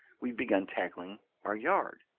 we've begun tackling our yard.